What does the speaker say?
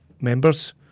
members